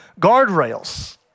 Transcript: guardrails